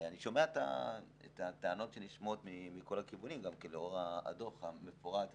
אני שומע את הטענות שנשמעות מכל הכיוונים גם כן לאור הדוח המפורט,